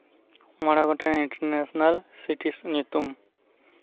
ᱢᱚᱬᱮ ᱜᱚᱴᱮᱱ international cities ᱧᱩᱛᱩᱢ